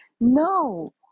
No